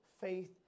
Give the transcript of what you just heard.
faith